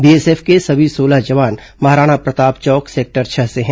BSF के सभी सोलह जवान महाराणा प्रताप चौक सेक्टर छह से हैं